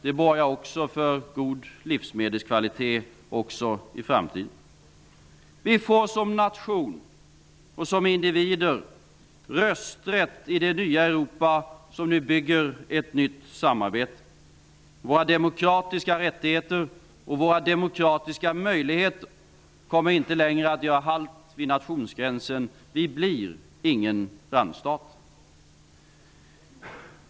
Det borgar för god livsmedelskvalitet också i framtiden. Vi får som nation och som individer rösträtt i det nya Europa, där man nu bygger upp ett nytt samarbete. Våra demokratiska rättigheter och våra demokratiska möjligheter kommer inte längre att göra halt vid nationsgränsen. Vi blir ingen randstat.